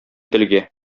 телгә